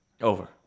Over